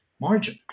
margin